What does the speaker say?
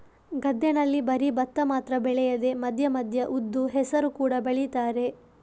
ಗದ್ದೆನಲ್ಲಿ ಬರೀ ಭತ್ತ ಮಾತ್ರ ಬೆಳೆಯದೆ ಮಧ್ಯ ಮಧ್ಯ ಉದ್ದು, ಹೆಸರು ಕೂಡಾ ಬೆಳೀತಾರೆ